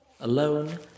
Alone